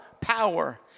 power